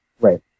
Right